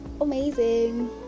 amazing